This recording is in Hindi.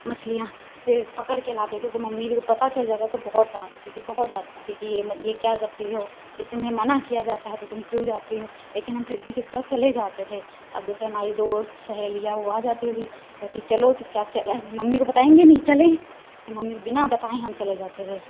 मछलियाँ फिर फिर पकड़ के लाते थे तो मम्मी को पता चल जाता था बहुत डांटती थी बहुत डांटती थी कि ये ये क्या करती हो जब तुम्हें मना किया जाता है तो तुम क्यों जाती हो लेकिन हम फिर भी चुप चाप चले जाते थे अब जैसे हमारी दोस्त सहेलियाँ वो आ जाती थी कहती चलो चुपचाप च मम्मी को बताएंगे नहीं चलें तो मम्मी को बिना बताए हम चले जाते थे